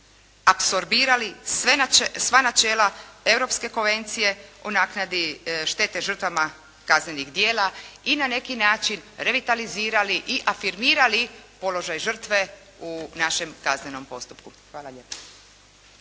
apsorbirali sva načela Europske konvencije o naknadi štete žrtvama kaznenih djela i na neki način revitalizirali i afirmirali položaj žrtve u našem kaznenom postupku. Hvala lijepa.